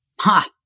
Ha